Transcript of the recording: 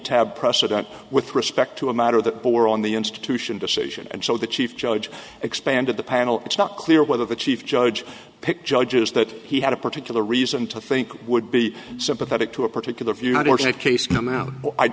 tab precedent with respect to a matter that bore on the institution decision and so the chief judge expanded the panel it's not clear whether the chief judge picked judges that he had a particular reason to think would be sympathetic to a particular